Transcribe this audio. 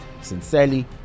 Sincerely